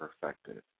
perfected